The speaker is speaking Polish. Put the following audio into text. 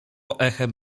echem